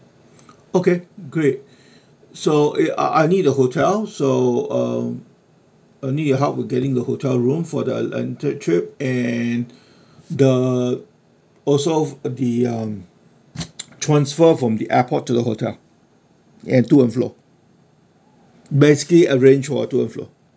okay great so ya uh I need the hotel so uh I need your help with getting the hotel room for the uh entire trip and the also the um transfer from the airport to the hotel um to and fro basically arrange for a to and fro